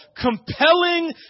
compelling